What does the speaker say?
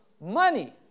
Money